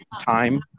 time